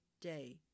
day